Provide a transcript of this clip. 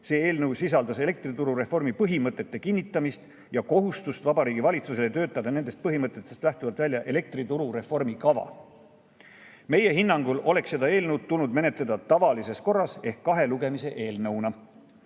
See eelnõu sisaldas elektrituru reformi põhimõtete kinnitamist ja kohustust Vabariigi Valitsusele töötada nendest põhimõtetest lähtuvalt välja elektrituru reformi kava. Meie hinnangul oleks seda eelnõu tulnud menetleda tavalises korras ehk kahe lugemise eelnõuna.